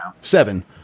Seven